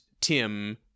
tim